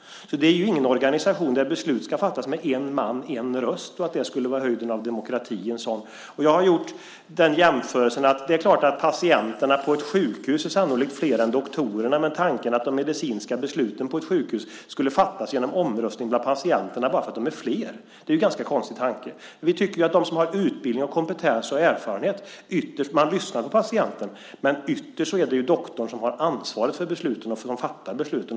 Det är ingen organisation där beslut ska fattas med en man, en röst och att det skulle vara höjden av demokrati. Jag har gjort en jämförelse. Det är klart att patienterna på ett sjukhus sannolikt är flera än doktorerna, men tanken att de medicinska besluten på ett sjukhus skulle fattas genom omröstning bland patienterna bara för att de är flera är ganska konstig. Vi tycker att de som har utbildning, kompetens och erfarenhet bör lyssna på patienterna, men ytterst är det doktorn som har ansvaret och fattar besluten.